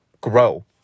grow